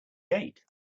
gate